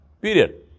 Period